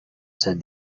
said